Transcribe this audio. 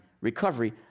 recovery